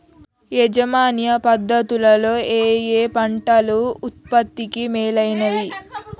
యాజమాన్య పద్ధతు లలో ఏయే పంటలు ఉత్పత్తికి మేలైనవి?